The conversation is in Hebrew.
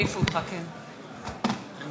עד עשר דקות,